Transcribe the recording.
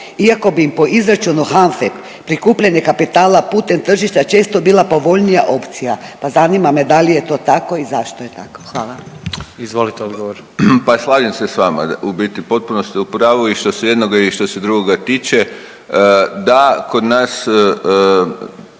iako bi im po izračunu HANFA-e prikupljanje kapitala putem tržišta često bila povoljnija opcija, pa zanima me da li je to tako i zašto je tako? Hvala. **Jandroković, Gordan (HDZ)** Izvolite odgovor. **Vujčić, Boris** Pa slažem se s vama, u biti potpuno ste u pravu i što se i jednoga i što se drugoga tiče. Da, kod nas